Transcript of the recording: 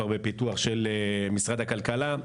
נמצאים כבר בפיתוח של משרד הכלכלה.